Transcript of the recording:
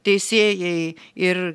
teisėjai ir